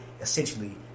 essentially